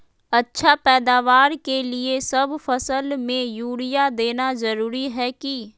अच्छा पैदावार के लिए सब फसल में यूरिया देना जरुरी है की?